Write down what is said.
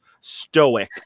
stoic